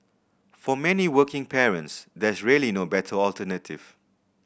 for many working parents there's really no better alternative